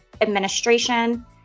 administration